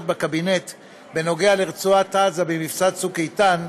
בקבינט בנוגע לרצועת עזה במבצע צוק איתן,